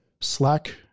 Slack